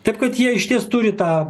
taip kad jie išties turi tą